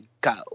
go